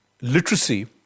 Literacy